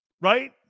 Right